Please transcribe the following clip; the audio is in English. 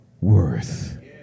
worth